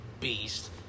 beast